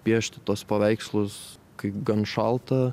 piešti tuos paveikslus kai gan šalta